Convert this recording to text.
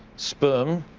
sperm,